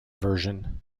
version